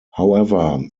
however